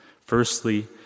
Firstly